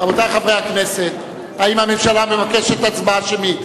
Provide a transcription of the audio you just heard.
רבותי חברי הכנסת, האם הממשלה מבקשת הצבעה שמית?